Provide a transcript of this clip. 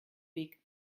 weg